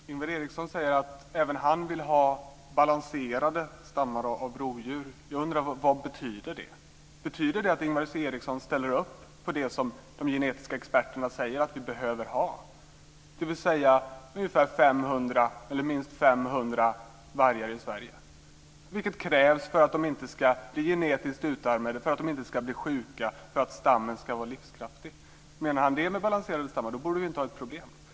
Fru talman! Ingvar Eriksson säger att även han vill ha balanserade stammar av rovdjur. Jag undrar vad det betyder. Betyder det att Ingvar Eriksson ställer upp på det som de genetiska experterna säger att vi behöver ha, dvs. minst 500 vargar i Sverige? Det är vad som krävs för att de inte ska bli genetiskt utarmade, för att de inte ska bli sjuka, för att stammen ska vara livskraftig. Om han menar att det är balanserade stammar borde vi inte ha något problem.